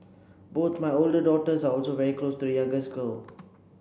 both my older daughters are also very close to youngest girl